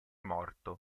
morto